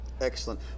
Excellent